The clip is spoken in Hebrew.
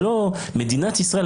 מדינת ישראל,